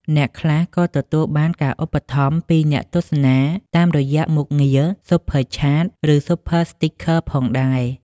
អ្នកខ្លះក៏ទទួលបានការឧបត្ថម្ភពីអ្នកទស្សនាតាមរយៈមុខងារ Super Chat ឬ Super Stickers ផងដែរ។